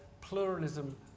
pluralism